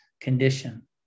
condition